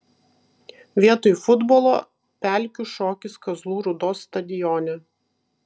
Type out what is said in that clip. vietoj futbolo pelkių šokis kazlų rūdos stadione